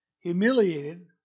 humiliated